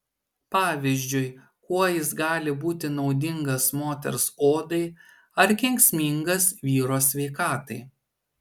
pavyzdžiui kuo jis gali būti naudingas moters odai ar kenksmingas vyro sveikatai